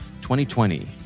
2020